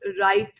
right